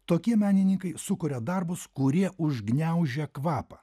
tokie menininkai sukuria darbus kurie užgniaužia kvapą